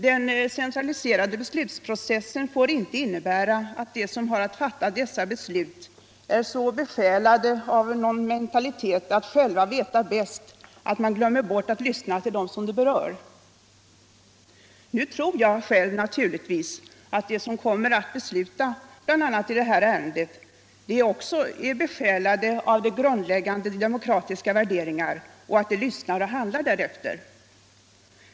Den centraliserade beslutsprocessen får inte innebära att de som fattar besluten är så besjälade av mentaliteten att själva veta bäst att de glömmer bort att lyssna till dem som berörs av frågorna. Nu tror jag själv naturligtvis att de som skall besluta, bl.a. i detta ärende, är besjälade av grundläggande demokratiska värderingar och lyssnar och handlar därefter.